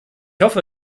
hoffe